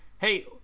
Hey